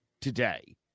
today